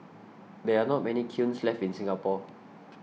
there are not many kilns left in Singapore